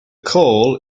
call